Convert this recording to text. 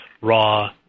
raw